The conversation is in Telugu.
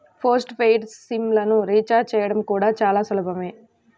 పోస్ట్ పెయిడ్ సిమ్ లను రీచార్జి చేయడం కూడా చాలా సులభమే